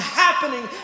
happening